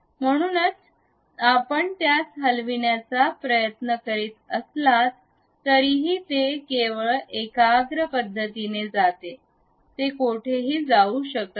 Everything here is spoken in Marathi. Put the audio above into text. म्हणूनच आपण त्यास हलविण्याचा प्रयत्न करीत असलात तरीही हे केवळ एकाग्र पद्धतीने जाते ते कोठेही जाऊ शकत नाही